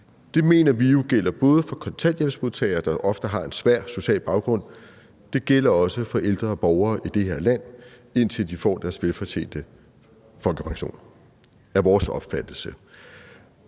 Det mener vi jo gælder både for kontanthjælpsmodtagere, der ofte har en svær social baggrund, og også for ældre borgere i det her land, indtil de får deres velfortjente folkepension. Det er vores opfattelse.